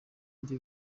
ndi